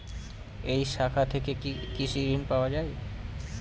এই শাখা থেকে কি কৃষি ঋণ পাওয়া যায়?